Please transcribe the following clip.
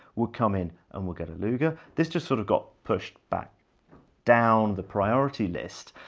would come in and would get a luger. this just sort of got pushed back down the priority list,